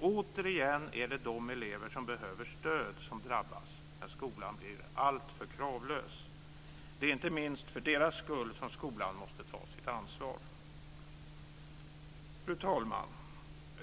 Återigen är det de elever som behöver stöd som drabbas när skolan blir alltför kravlös. Det är inte minst för deras skull som skolan måste ta sitt ansvar. Fru talman!